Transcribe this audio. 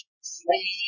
sleep